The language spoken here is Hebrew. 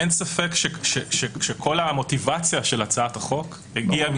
אין ספק שכל המוטיבציה של הצעת החוק הגיעה